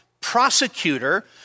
prosecutor